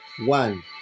One